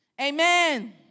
Amen